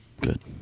Good